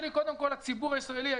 הייתה קודם כל לציבור הישראלי: